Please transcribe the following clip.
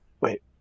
Wait